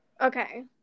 Okay